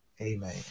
Amen